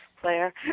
player